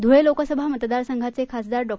धुळे लोकसभा मतदारसंघाचे खासदार डॉ